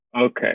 Okay